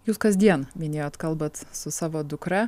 jūs kasdien minėjot kalbat su savo dukra